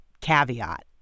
caveat